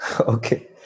Okay